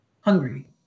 hungry